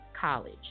College